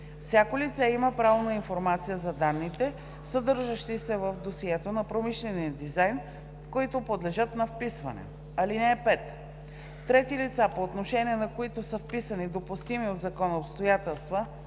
Всяко лице има право на информация за данните, съдържащи се в досието на промишления дизайн, които подлежат на вписване. (5) Трети лица, по отношение на които са вписани допустими от закона обстоятелства,